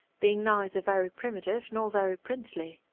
being neither very primitive nor very princely.